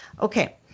Okay